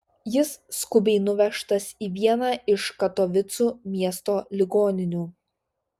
jis skubiai nuvežtas į vieną iš katovicų miesto ligoninių